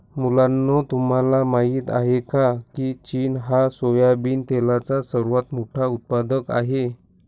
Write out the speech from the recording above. मुलांनो तुम्हाला माहित आहे का, की चीन हा सोयाबिन तेलाचा सर्वात मोठा उत्पादक आहे